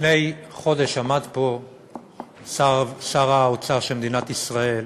לפני חודש עמד פה שר האוצר של מדינת ישראל,